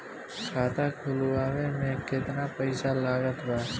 खाता खुलावे म केतना पईसा लागत बा?